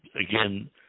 again